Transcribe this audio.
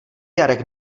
jarek